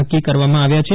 નક્કી કરવામાં આવ્યા છે